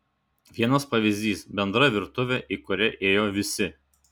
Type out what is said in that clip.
vienas pavyzdys bendra virtuvė į kurią ėjo visi